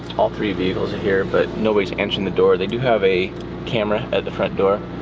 all three vehicles are here, but nobody's answering the door. they do have a camera at the front door.